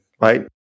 right